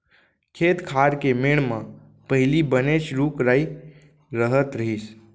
खेत खार के मेढ़ म पहिली बनेच रूख राई रहत रहिस